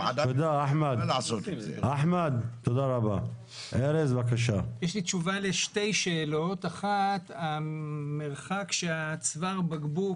יש לי תשובה לשתי שאלות: המרחק בצוואר הבקבוק